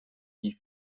die